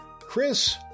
Chris